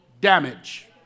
damage